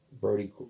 Brody